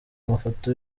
amafoto